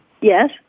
Yes